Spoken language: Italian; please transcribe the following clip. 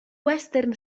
western